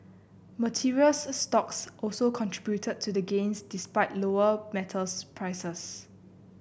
materials stocks also contributed to the gains despite lower metals prices